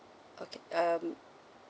okay um